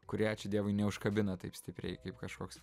kurie ačiū dievui neužkabina taip stipriai kaip kažkoks